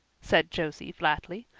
said josie flatly.